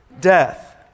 death